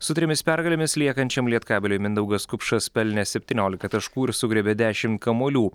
su trimis pergalėmis liekančiam lietkabeliui mindaugas kupšas pelnė septyniolika taškų ir sugriebė dešim kamuolių